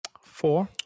Four